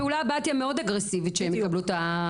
הפעולה הבאה תהיה מאוד אגרסיבית כדי שהן יקבלו את הזכויות שלהן.